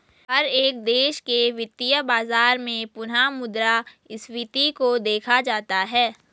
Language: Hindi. हर एक देश के वित्तीय बाजार में पुनः मुद्रा स्फीती को देखा जाता रहा है